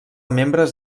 membres